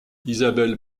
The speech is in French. isabelle